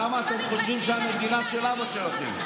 למה אתם חושבים שהמדינה של אבא שלכם.